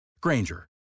Granger